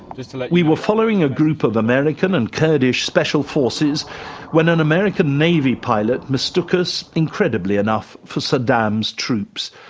so like we were following a group of american and kurdish special forces when an american navy pilot mistook us incredibly enough for saddam's troops.